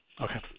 Okay